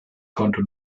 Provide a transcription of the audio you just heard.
konnte